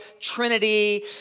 Trinity